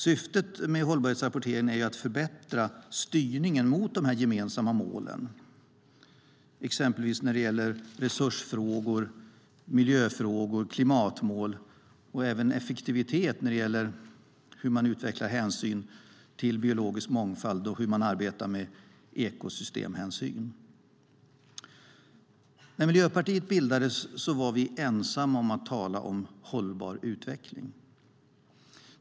Syftet med hållbarhetsrapporteringen är att förbättra styrningen mot de gemensamma målen, exempelvis när det gäller resursfrågor, miljöfrågor och klimatmål samt effektivitet när det gäller hur man utvecklar hänsyn till biologisk mångfald och hur man arbetar med ekosystemhänsyn. När Miljöpartiet bildades var vi ensamma om att tala om hållbar utveckling.